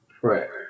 Prayer